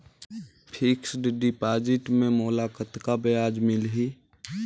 Fixed deposit मे मोला कतका ब्याज मिलही?